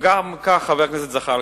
וגם כך, חבר הכנסת זחאלקה,